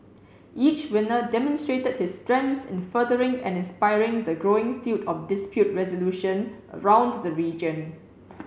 each winner demonstrated his strengths in furthering and inspiring the growing field of dispute resolution around the region